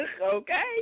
okay